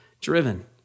driven